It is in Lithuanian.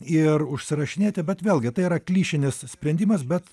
ir užsirašinėti bet vėlgi tai yra klišinis sprendimas bet